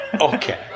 Okay